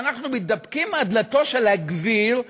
ואנחנו מידפקים על דלתו של הגביר,